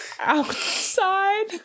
outside